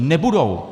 Nebudou!